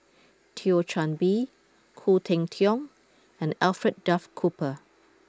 Thio Chan Bee Khoo Cheng Tiong and Alfred Duff Cooper